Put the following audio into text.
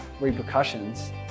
repercussions